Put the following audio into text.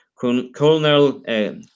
Colonel